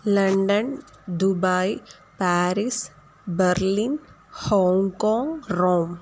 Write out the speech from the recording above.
London Dubai Paris Berlin Hong Kong Rome